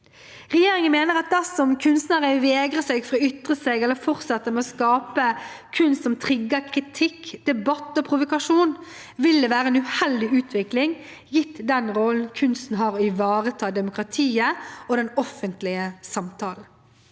Regjeringen mener at dersom kunstnerne vegrer seg for å ytre seg eller fortsette med å skape kunst som trigger kritikk, debatt og provokasjon, vil det være en uheldig utvikling, gitt den rollen kunsten har i å ivareta demokratiet og den offentlige samtalen.